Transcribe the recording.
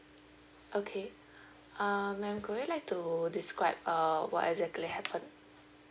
okay um madam would you like to describe a what exactly happened